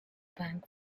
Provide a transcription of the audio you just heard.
bank